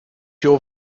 your